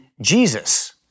Jesus—